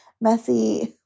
messy